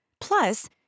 Plus